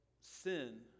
sin